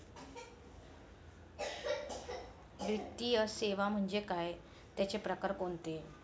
वित्तीय सेवा म्हणजे काय? त्यांचे प्रकार कोणते?